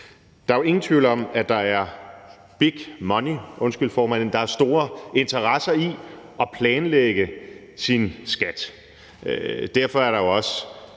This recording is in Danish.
Der er jo ingen tvivl om, at der er big money – undskyld formand: store interesser – i at planlægge sin skat. Derfor er der jo også